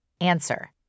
Answer